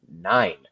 nine